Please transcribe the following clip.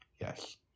yes